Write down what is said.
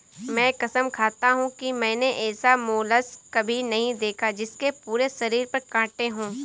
मैं कसम खाता हूँ कि मैंने ऐसा मोलस्क कभी नहीं देखा जिसके पूरे शरीर पर काँटे हों